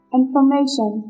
information